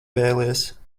vēlies